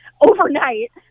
overnight